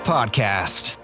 Podcast